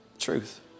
truth